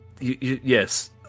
Yes